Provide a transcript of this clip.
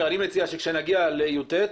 אני מציע, כשנגיע ליט,